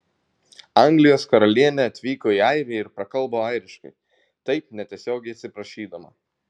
anglijos karalienė atvyko į airiją ir prakalbo airiškai taip netiesiogiai atsiprašydama